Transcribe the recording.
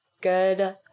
good